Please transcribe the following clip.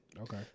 Okay